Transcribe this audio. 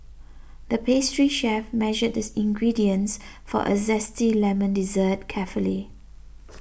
the pastry chef measured this ingredients for a Zesty Lemon Dessert carefully